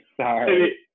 sorry